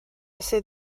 sydd